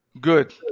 Good